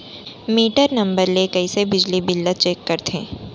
Metre number ले कइसे बिजली बिल ल चेक करथे?